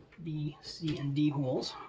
b, c, and d holes.